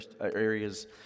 areas